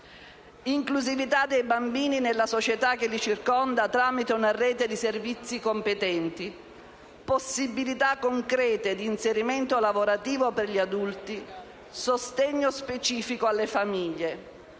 Inclusività dei bambini nella società che li circonda tramite una rete di servizi competenti, possibilità concrete di inserimento lavorativo per gli adulti, sostegno specifico alle famiglie: